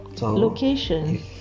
location